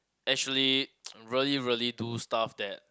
actually really really do stuff that